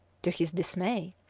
to his dismay,